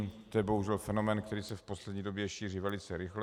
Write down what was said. To je bohužel fenomén, který se v poslední době šíří velice rychle.